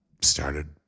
started